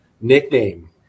nickname